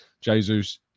jesus